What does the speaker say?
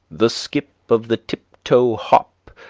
the skip of the tip-toe-hop,